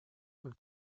und